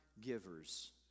givers